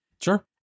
Sure